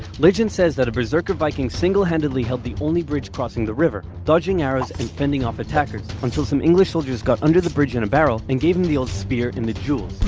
legend says that a berserker viking single-handedly held the only bridge crossing the river, dodging arrows and fending off attackers, until some english soldiers got under the bridge in a and barrel, and gave him the old spear-in-the-jewels.